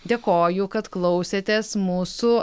dėkoju kad klausėtės mūsų